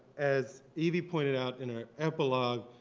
as evie pointed out in her epilogue,